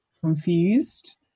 confused